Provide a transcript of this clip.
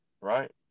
right